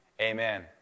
Amen